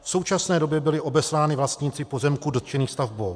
V současné době byly obesláni vlastníci pozemků dotčených stavbou.